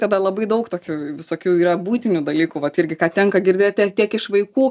tada labai daug tokių visokių yra buitinių dalykų vat irgi ką tenka girdėti tiek iš vaikų